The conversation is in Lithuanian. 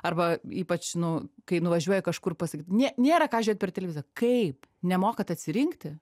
arba ypač nu kai nuvažiuoja kažkur pasakyt ne nėra ką žiūrėt per televiziją kaip nemokat atsirinkti